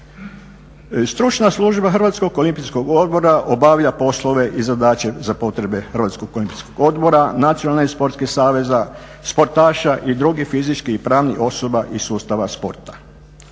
Stručna služba Hrvatskog olimpijskog odbora obavlja poslove i zadaće za Hrvatskog olimpijskog odbora, Nacionalnih i sportskih saveza, sportaša, i drugih fizičkih, i pravnih osoba i sustava sporta.